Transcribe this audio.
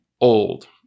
old